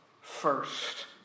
first